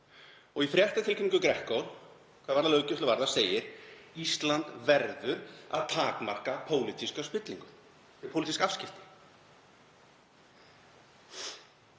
Og í fréttatilkynningu GRECO hvað löggæslu varðar segir: Ísland verður að takmarka pólitíska spillingu, pólitísk afskipti.